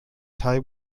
teig